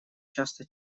часто